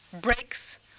breaks